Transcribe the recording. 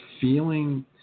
feeling